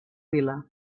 vila